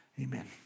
Amen